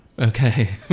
Okay